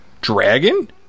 dragon